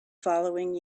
following